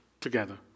together